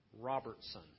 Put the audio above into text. Robertson